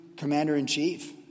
commander-in-chief